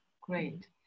Great